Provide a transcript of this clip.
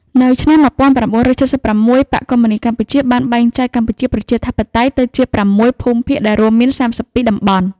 នៅឆ្នាំ១៩៧៦ បក្សកុម្មុយនីស្តកម្ពុជាបានបែងចែកកម្ពុជាប្រជាធិបតេយ្យទៅជា៦ភូមិភាគ ដែលរួមមាន ៣២តំបន់។